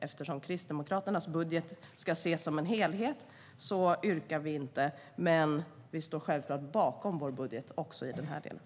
Eftersom Kristdemokraternas budget ska ses som en helhet har vi inget yrkande, men vi står självklart bakom vår budget också i den här delen.